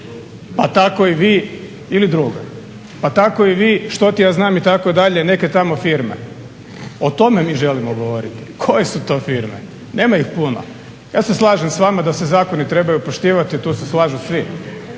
ti ja znam itd. Pa tako i vi što ti ja znam itd. neke tamo firme. O tome mi želimo govoriti. Koje su to firme? Nema ih puno. Ja se slažem s vama da se zakoni trebaju poštivati, tu se slažu svi.